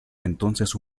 entonces